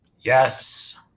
Yes